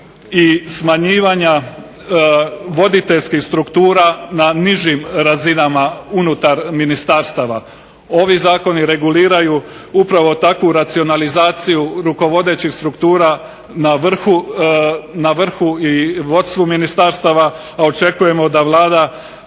i smanjivanja voditeljskih struktura na nižim razinama unutar ministarstava. Ovi zakoni reguliraju upravo takvu racionalizaciju rukovodećih struktura na vrhu i vodstvu ministarstava, a očekujemo da vlada